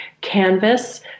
canvas